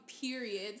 period